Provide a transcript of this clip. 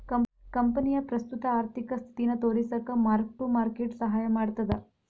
ಕಂಪನಿಯ ಪ್ರಸ್ತುತ ಆರ್ಥಿಕ ಸ್ಥಿತಿನ ತೋರಿಸಕ ಮಾರ್ಕ್ ಟು ಮಾರ್ಕೆಟ್ ಸಹಾಯ ಮಾಡ್ತದ